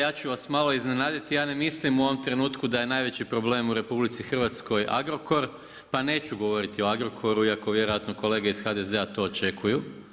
Ja ću vas malo iznenaditi, ja ne mislim u ovom trenutku da je najveći problem u RH, Agrokor, pa neću govoriti o Agrokoru, iako vjerojatno kolege to iz HDZ-a to očekuju.